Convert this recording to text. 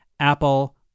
Apple